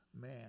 man